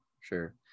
Sure